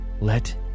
let